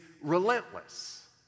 relentless